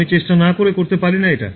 আমি চেষ্টা না করে করতে পারি না এটা